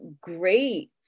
great